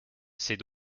c’est